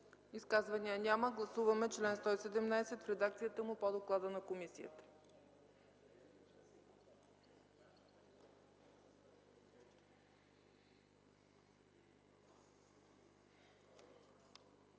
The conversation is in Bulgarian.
Изказвания? Няма. Гласуваме чл. 70 в редакцията му по доклада на комисията.